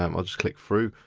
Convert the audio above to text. um i'll just click through.